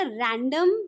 random